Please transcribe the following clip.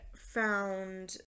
found